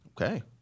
Okay